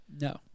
No